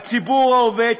הציבור העובד,